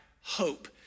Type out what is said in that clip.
hope